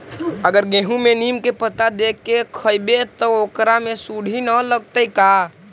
अगर गेहूं में नीम के पता देके यखबै त ओकरा में सुढि न लगतै का?